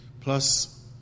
Plus